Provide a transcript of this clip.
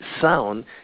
sound